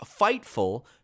Fightful